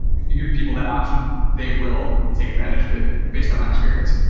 if you give people that option, they will take advantage of it, based on my experience.